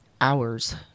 hours